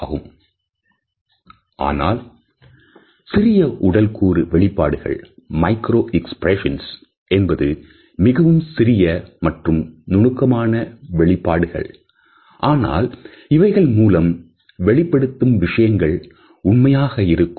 ஆனால் சிறிய உடல் கூறு வெளிப்பாடுகள் என்பது மிகவும் சிறிய மற்றும் நுணுக்கமான வெளிப்பாடுகள் ஆனால் இவைகள் மூலம் வெளிப்படுத்தும் விஷயங்கள் உண்மையாக இருக்கும்